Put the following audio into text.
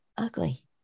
ugly